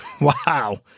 Wow